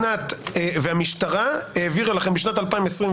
והמשטרה העבירה לכם בשנת 2021,